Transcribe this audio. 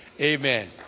amen